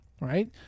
right